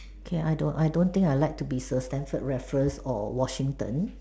okay I don't I don't think I like to be sir Stamford Raffles or Washington